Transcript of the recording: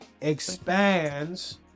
expands